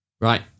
right